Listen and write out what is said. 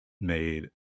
made